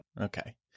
Okay